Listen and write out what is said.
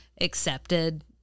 accepted